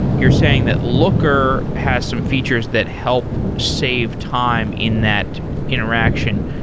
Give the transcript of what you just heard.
you're saying that looker has some features that help save time in that interaction.